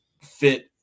fit